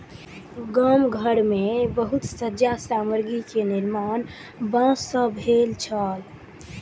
गाम घर मे बहुत सज्जा सामग्री के निर्माण बांस सॅ भेल छल